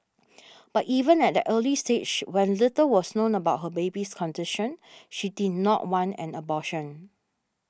but even at that early stage when little was known about her baby's condition she did not want an abortion